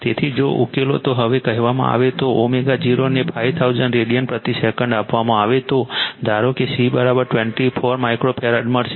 તેથી જો ઉકેલો તો હવે કહેવામાં આવતો ω0 ને 5000 રેડિયન પ્રતિ સેકન્ડ આપવામાં આવે તો ધારો કે C 24 માઇક્રોફેરાડ મળશે